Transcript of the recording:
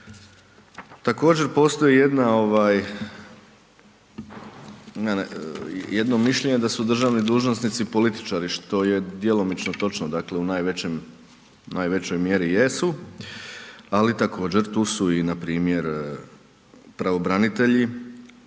Također postoji jedna, jedno mišljenje da su državni dužnosnici političari, što je djelomično točno, dakle u najvećoj mjeri jesu, ali također tu su npr. pravobranitelji,